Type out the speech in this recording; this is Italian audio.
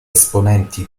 esponenti